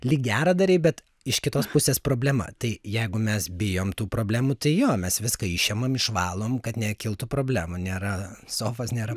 lyg gerą darei bet iš kitos pusės problema tai jeigu mes bijom tų problemų tai jo mes viską išėmam išvalom kad nekiltų problemų nėra sofos nėra